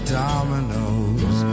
dominoes